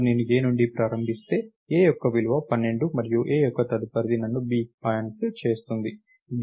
ఇప్పుడు నేను A నుండి ప్రారంభిస్తే A యొక్క విలువ 12 మరియు A యొక్క తదుపరిది నన్ను B కి పాయింట్ చేస్తుంది